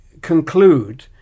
conclude